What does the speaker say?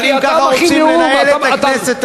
אבל אם ככה רוצים לנהל את הכנסת,